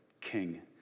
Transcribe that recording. king